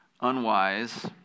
unwise